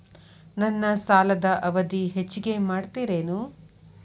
ನನ್ನ ಸಾಲದ ಅವಧಿ ಹೆಚ್ಚಿಗೆ ಮಾಡ್ತಿರೇನು?